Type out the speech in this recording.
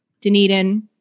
Dunedin